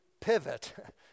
pivot